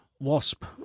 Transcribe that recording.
Wasp